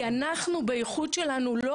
כי אנחנו בייחוד שלנו לא